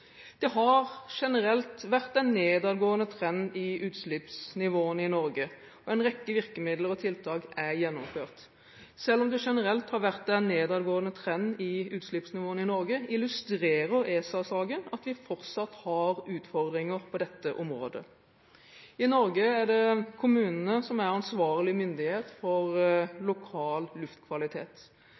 Det har generelt vært en nedadgående trend i utslippsnivåene i Norge, og en rekke virkemidler og tiltak er gjennomført. Selv om det generelt har vært en nedadgående trend i utslippsnivåene i Norge, illustrerer ESA-saken at vi fortsatt har utfordringer på dette området. I Norge er kommunene ansvarlig myndighet for lokal luftkvalitet.